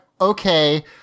okay